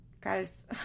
Guys